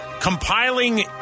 compiling